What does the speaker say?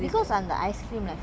burger king ah ya